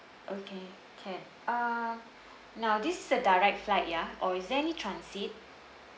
okay can uh now this is the direct flight ya or is there any transit